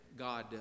God